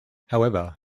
however